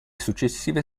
successive